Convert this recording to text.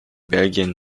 belgien